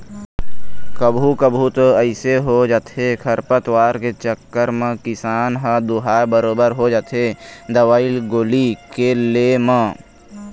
कभू कभू तो अइसे हो जाथे खरपतवार के चक्कर म किसान ह दूहाय बरोबर हो जाथे दवई गोली के ले म